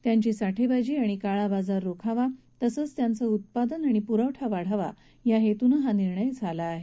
त्यांची साठेबाजी आणि काळाबाजार रोखावा तसंच त्यांचं उत्पादन आणि पुरवठा वाढावा या हेतूनं हा निर्णय घेतला आहे